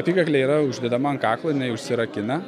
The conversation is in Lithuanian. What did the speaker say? apykaklė yra uždedama ant kaklo jinai užsirakina